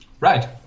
Right